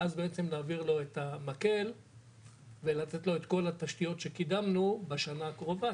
ואז בעצם נעביר לו את המקל ולתת לו את כל התשתיות שקידמנו בשנה הקרובה,